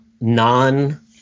non